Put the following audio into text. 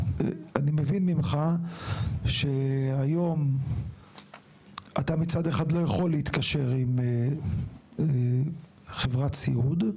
מבין ממך שכיום אתה לא יכול להתקשר עם חברת סיעוד,